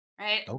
right